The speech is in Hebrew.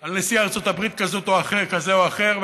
על נשיא ארצות הברית כזה או אחר.